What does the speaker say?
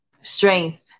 strength